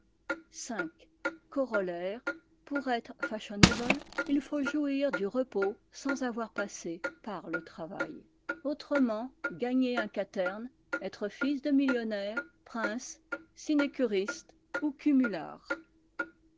corollaire pour être fashionable il faut jouir du repos sans avoir passé par le travail autre ment gagner un quaterne être fils de millionnaire prince sinécuriste ou cumulard